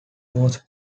was